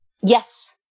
Yes